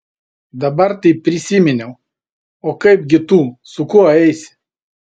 dabar tai prisiminiau o kaipgi tu su kuo eisi